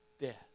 death